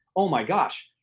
oh my gosh,